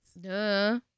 Duh